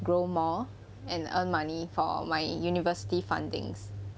grow more and earn money for my university fundings